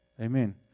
Amen